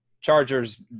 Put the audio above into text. Chargers